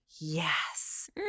Yes